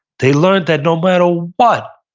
they learned that no matter what,